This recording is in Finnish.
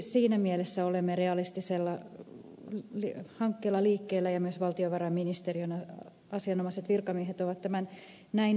siinä mielessä olemme realistisella hankkeella liikkeellä ja myös valtiovarainministeriön asianomaiset virkamiehet ovat tämän näin arvioineet